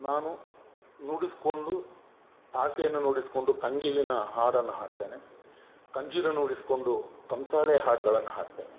ನಾನು ನುಡಿಸಿಕೊಂಡು ತಾಸೆಯನ್ನು ನುಡಿಸಿಕೊಂಡು ಕಂಗಿಲಿನ ಹಾಡನ್ನು ಹಾಡ್ತೇನೆ ಕಂಜೀರ ನುಡಿಸಿಕೊಂಡು ಕಂಸಾಳೆ ಹಾಡುಗಳನ್ನು ಹಾಡ್ತೇನೆ